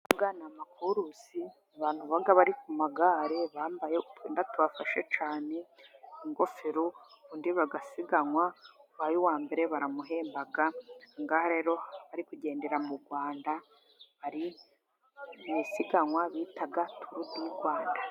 Aya ni amakurusi, abantu baba bari ku magare bambaye utwenda tubafashe cyane, ingofero, ubundi bagasiganwa, ubaye uwa mbere baramuhemba. Aha ngaha rero bari kugendera mu Rwanda, hari isiganwa bita Turu du Rwanda.